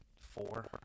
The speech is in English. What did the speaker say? Four